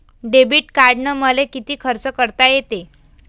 Debit कार्डानं मले किती खर्च करता येते?